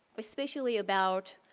especially about